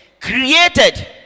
created